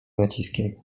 naciskiem